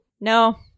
No